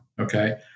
okay